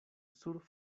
sur